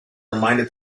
reminded